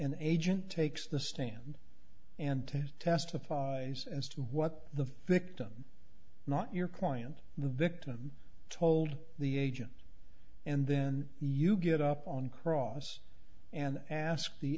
and agent takes the stand and testify as to what the victim not your client the victim told the agent and then you get up on cross and ask the